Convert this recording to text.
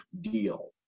deal